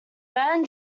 van